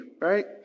right